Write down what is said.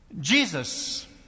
Jesus